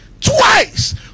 twice